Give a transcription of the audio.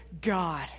God